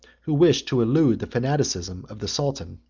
who wished to elude the fanaticism of the sultan,